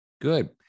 Good